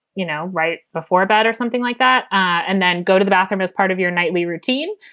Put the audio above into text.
you know, right before bed or something like that. and then go to the bathroom as part of your nightly routine.